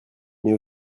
mais